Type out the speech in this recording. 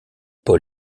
paul